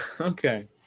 Okay